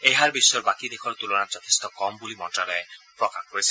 এই হাৰ বিশ্বৰ বাকী দেশৰ তুলনাত যথেষ্ট কম বুলি মন্ত্যালয়ে প্ৰকাশ কৰিছে